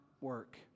work